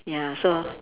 ya so